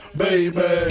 baby